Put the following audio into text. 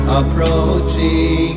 approaching